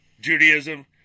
Judaism